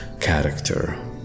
character